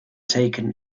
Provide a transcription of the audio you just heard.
taken